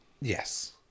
Yes